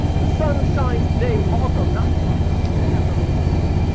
the sun shines today also, not just on them. we can have revelation too.